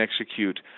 execute